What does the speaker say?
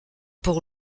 pour